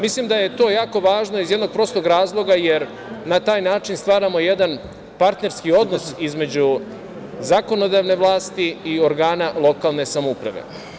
Mislim da je to jako važno iz jednog prostog razloga jer na taj način stvaramo jedan partnerski odnosi između zakonodavne vlasti i organa lokalne samouprave.